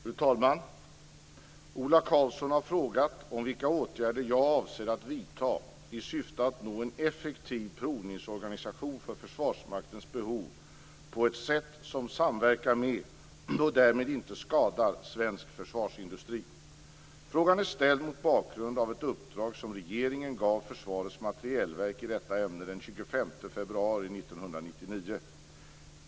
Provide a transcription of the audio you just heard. Fru talman! Ola Karlsson har frågat om vilka åtgärder jag avser att vidta i syfte att nå en effektiv provningsorganisation för Försvarsmaktens behov på ett sätt som samverkar med, och därmed inte skadar, svensk försvarsindustri. Frågan är ställd mot bakgrund av ett uppdrag som regeringen gav Försvarets materielverk i detta ämne den 25 februari 1999.